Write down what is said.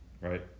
Right